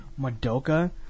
Madoka